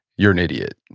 you're an idiot.